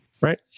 right